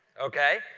okay?